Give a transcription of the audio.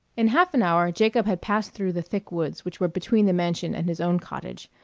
in half an hour jacob had passed through the thick woods which were between the mansion and his own cottage,